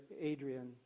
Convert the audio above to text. Adrian